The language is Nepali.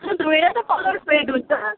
धोएर त कलर गयो धुँदा